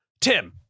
tim